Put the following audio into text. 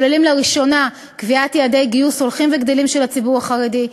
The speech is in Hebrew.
כוללים לראשונה קביעת יעדי גיוס הולכים וגדלים של הציבור החרדי,